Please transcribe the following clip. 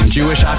Jewish